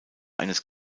eines